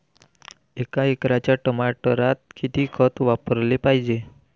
एका एकराच्या टमाटरात किती खत वापराले पायजे?